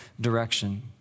direction